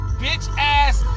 bitch-ass